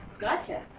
Gotcha